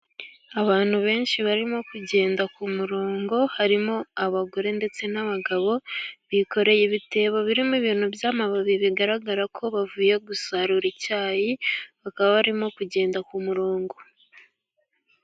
Abantu benshi barimo kugenda ku murongo, harimo abagore ndetse n'abagabo bikoreye ibitebo birimo ibintu by'amababi bigaragara ko bavuye gusarura icyayi bakaba barimo kugenda ku murongo.